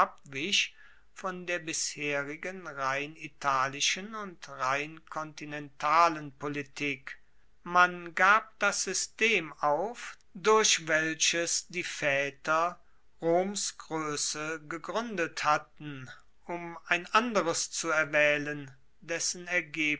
von der bisherigen rein italischen und rein kontinentalen politik man gab das system auf durch welches die vaeter roms groesse gegruendet hatten um ein anderes zu erwaehlen dessen